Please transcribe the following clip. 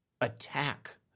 attack